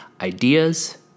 ideas